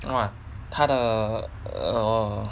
!wah! 他的 err